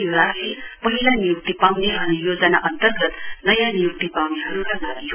यो राशि पहिला नियुक्ति पाउने अनि योजना अन्तर्गत नयाँ नियुक्ति पाउनेहरुका लागि हो